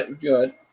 Good